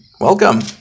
Welcome